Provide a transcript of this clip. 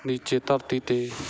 ਨੀਚੇ ਧਰਤੀ 'ਤੇ